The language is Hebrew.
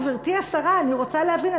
גברתי השרה, אני רוצה להבין.